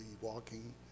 walking